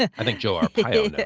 i think joe arpaio yeah